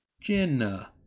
Jenna